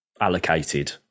allocated